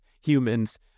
humans